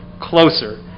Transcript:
closer